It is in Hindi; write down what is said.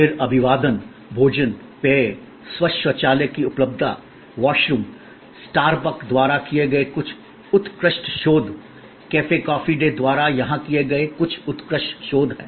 फिर अभिवादन भोजन पेय स्वच्छ शौचालय की उपलब्धता वॉशरूम स्टार बक द्वारा किए गए कुछ उत्कृष्ट शोध कैफे कॉफी डे द्वारा यहां किए गए कुछ उत्कृष्ट शोध हैं